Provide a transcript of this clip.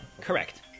correct